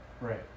right